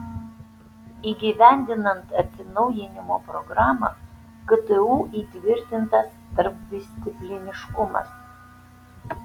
įgyvendinant atsinaujinimo programą ktu įtvirtintas tarpdiscipliniškumas